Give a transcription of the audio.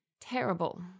terrible